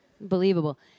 Unbelievable